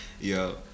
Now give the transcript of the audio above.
Yo